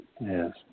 Yes